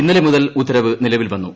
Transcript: ഇന്നലെ മുതൽ ഉത്തരവ് നിലവിൽ വന്നു